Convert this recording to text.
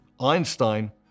Einstein